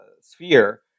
sphere